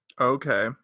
Okay